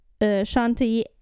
shanti